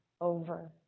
over